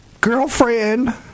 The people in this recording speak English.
Girlfriend